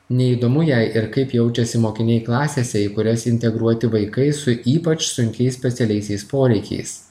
neįdomu jai ir kaip jaučiasi mokiniai klasėse į kurias integruoti vaikai su ypač sunkiais specialiaisiais poreikiais